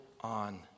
on